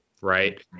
right